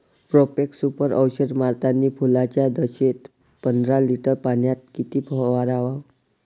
Profex Super औषध मारतानी फुलाच्या दशेत पंदरा लिटर पाण्यात किती फवाराव?